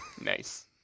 nice